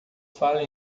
fale